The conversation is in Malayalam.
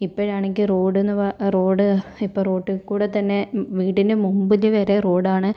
ഇപ്പോഴാണെങ്കിൽ റോഡ് എന്ന് പറ റോഡ് ഇപ്പോൾ റോട്ടിൽ കൂടി തന്നെ വീടിന് മുൻപിൽ വരെ റോഡാണ്